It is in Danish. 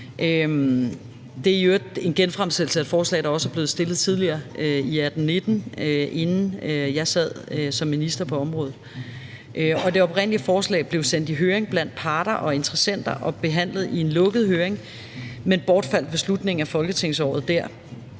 Det er i øvrigt en genfremsættelse af et forslag, der blev fremsat i 2019, inden jeg sad som minister på området, og det oprindelige forslag blev sendt i høring hos parter og interessenter og blev behandlet i en lukket høring, men forslaget bortfaldt ved slutningen af folketingsåret.